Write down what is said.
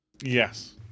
Yes